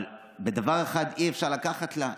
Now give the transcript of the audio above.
אבל דבר אחד אי-אפשר לקחת לה,